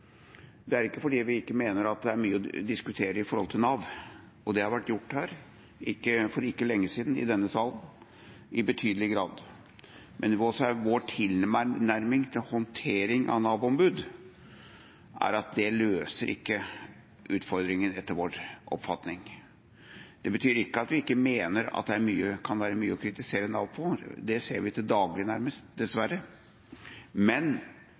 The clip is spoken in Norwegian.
Det er ikke fordi vi ikke mener at det er mye å diskutere i forhold til Nav – og det har vært gjort her i denne sal for ikke lenge siden i betydelig grad. Men vår tilnærming til håndtering av Nav-ombud er at det ikke løser utfordringene. Det betyr ikke at vi ikke mener at det kan være mye å kritisere Nav for – det ser vi til daglig nærmest, dessverre. Men